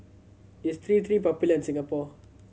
is T Three popular in Singapore